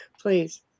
please